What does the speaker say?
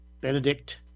Benedict